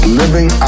living